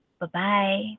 Bye-bye